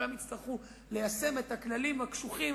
כשכולם יצטרכו ליישם את הכללים הקשוחים,